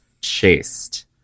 chased